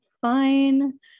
fine